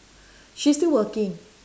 she still working